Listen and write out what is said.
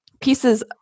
pieces